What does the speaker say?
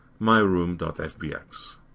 myroom.fbx